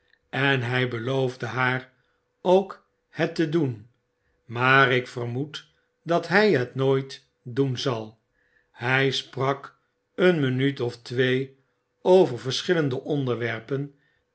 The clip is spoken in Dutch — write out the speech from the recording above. en hg beloofde haar ook het te doen maar ik vermoed dat hy het nooit doen zal hij sprak een minuut of twee over verschillende onderwerpen